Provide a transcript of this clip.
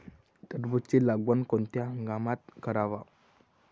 टरबूजाची लागवड कोनत्या हंगामात कराव?